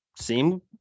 seem